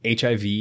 HIV